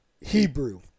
Hebrew